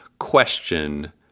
question